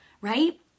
Right